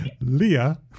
Leah